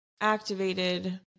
activated